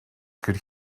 could